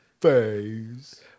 face